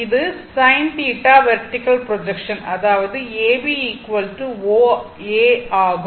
இது sin θ vertical projection அதாவது A B O A ஆகும்